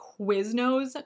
Quiznos